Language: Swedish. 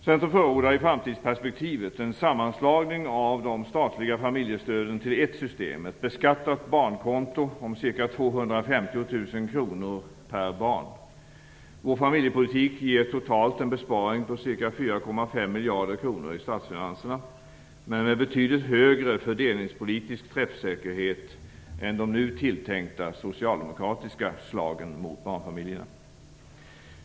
Centern förordar i framtidsperspektivet en sammanslagning av de statliga familjestöden till ett system, ett beskattat barnkonto om ca 250 000 kr per barn. Vår familjepolitik ger totalt en besparing på ca 4,5 miljarder kronor i statsfinanserna, men med en betydligt högre fördelningspolitisk träffsäkerhet än de nu tilltänkta socialdemokratiska slagen mot barnfamiljerna.